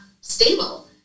stable